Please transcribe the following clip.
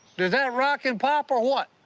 does that rock and pop, or what?